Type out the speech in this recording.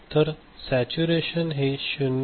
तर सॅच्यूरेशन हे 0